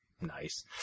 Nice